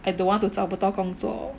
I don't want to 找不到工作